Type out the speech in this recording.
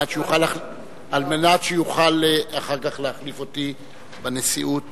על מנת שיוכל אחר כך להחליף אותי בנשיאות